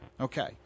Okay